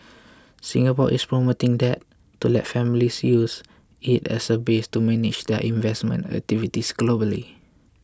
Singapore is promoting that to let families use it as a base to manage their investment activities globally